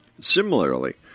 Similarly